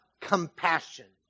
compassion